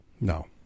No